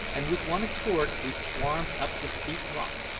and with one accord we swarmed up the steep rock,